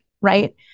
Right